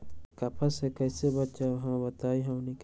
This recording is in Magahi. कपस से कईसे बचब बताई हमनी के?